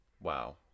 Wow